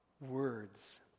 words